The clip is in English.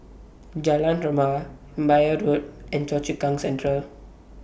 Jalan Rebana Imbiah Road and Choa Chu Kang Central